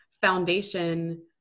foundation